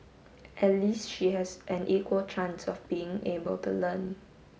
at least she has an equal chance of being able to learn